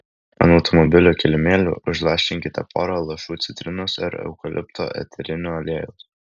ant automobilių kilimėlių užlašinkite porą lašų citrinos ar eukalipto eterinio aliejaus